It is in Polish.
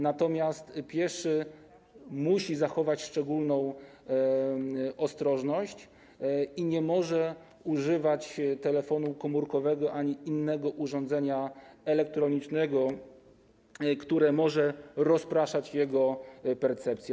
Natomiast pieszy musi zachować szczególną ostrożność i nie może używać telefonu komórkowego ani innego urządzenia elektronicznego, które mogłoby rozpraszać jego percepcję.